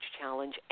challenge